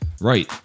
Right